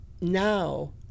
now